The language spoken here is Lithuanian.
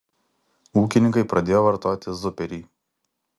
ūkininkai pradėjo vartoti zuperį